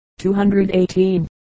218